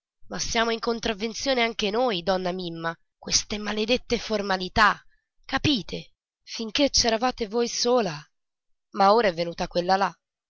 ma siamo in contravvenzione anche noi donna mimma queste maledette formalità capite finché c'eravate voi sola ma ora è venuta quella là